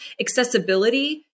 accessibility